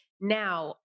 Now